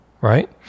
Right